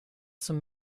zum